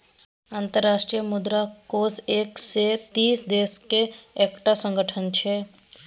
अंतर्राष्ट्रीय मुद्रा कोष एक सय तीस देशक एकटा संगठन छै